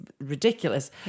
ridiculous